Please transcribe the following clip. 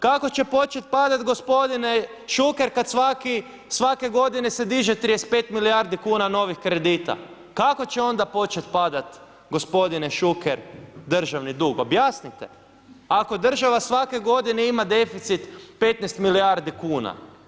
Kako će početi padati gospodine Šuker kada svake godine se diže 35 milijardi kuna novih kredita, kako će onda početi padat gospodine Šuker državni dug, objasnite, ako država svake godine ima deficit 15 milijardi kuna.